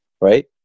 right